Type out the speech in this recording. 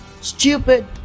Stupid